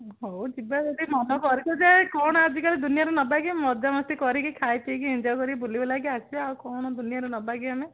ହଉ ଯିବା ଯଦି ମନ କରିଛ ଯେ କ'ଣ ଆଜିକାଲି ଦୁନିଆରେ ନେବାକି ମଜାମସ୍ତି କରିକି ଖାଇ ପିଇକି ଏଞ୍ଜୟ କରିକି ବୁଲିବାବୁଲାକି ଆସିଆ ଆଉ କ'ଣ ଦୁନିଆରେ ନେବାକି ଆମେ